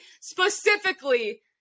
specifically